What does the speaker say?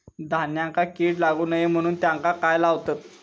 धान्यांका कीड लागू नये म्हणून त्याका काय लावतत?